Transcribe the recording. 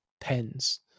pens